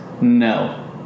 No